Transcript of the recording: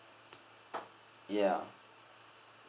ya